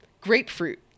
grapefruit